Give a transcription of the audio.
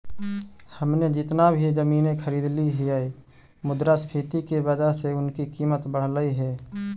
हमने जितना भी जमीनें खरीदली हियै मुद्रास्फीति की वजह से उनकी कीमत बढ़लई हे